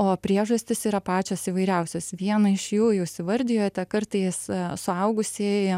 o priežastys yra pačios įvairiausios vieną iš jų jūs įvardijote kartais suaugusieji